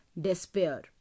despair